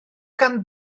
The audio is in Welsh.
gan